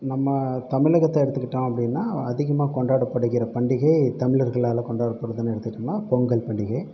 நம்ம தமிழகத்தை எடுத்துக்கிட்டோம் அப்படின்னா அதிகமாக கொண்டாடப்படுகிற பண்டிகை தமிழர்களால் கொண்டாடப்படுதுன்னு எடுத்துகிட்டோம்னால் பொங்கல் பண்டிகை